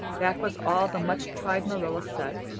that was all the much-tried marilla said,